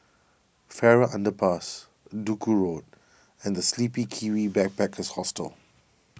Farrer Underpass Duku Road and the Sleepy Kiwi Backpackers Hostel